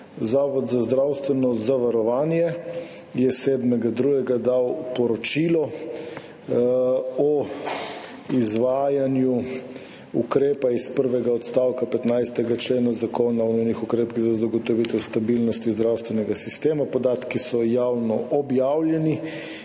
Zavod za zdravstveno zavarovanje je 7. 2. dal poročilo o izvajanju ukrepa iz prvega odstavka 15. člena Zakona o nujnih ukrepih za zagotovitev stabilnosti zdravstvenega sistema. Podatki so javno objavljeni